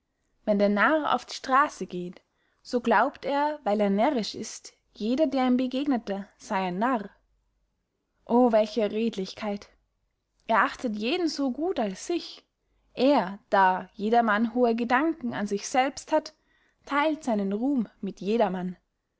wenn der narr auf der strasse geht so glaubt er weil er närrisch ist jeder der ihm begegnet sey ein narr o welche redlichkeit er achtet jeden so gut als sich er da jedermann hohe gedanken an sich selbst hat theilt seinen ruhm mit jedermann